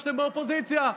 כשאתם באופוזיציה.